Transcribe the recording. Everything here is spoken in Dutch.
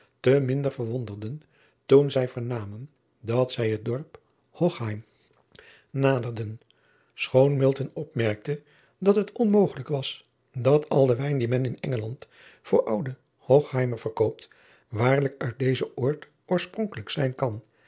te minder verwonderden toen zij vernamen dat zij het dorp ochheim naderden schoon opmerkte dat het onmogelijk was dat al de wijn dien men in ngeland voor ouden ochheimer verkoopt waarlijk uit dezen oord oorspronkelijk zijn kan